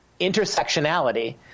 intersectionality